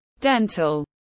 Dental